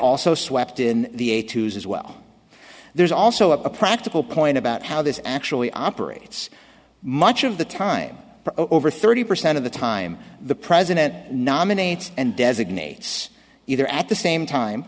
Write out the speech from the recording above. also swept in the a to z as well there's also a practical point about how this actually operates much of the time over thirty percent of the time the president nominates and designates either at the same time